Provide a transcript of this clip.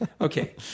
Okay